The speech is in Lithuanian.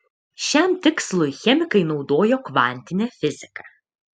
šiam tikslui chemikai naudojo kvantinę fiziką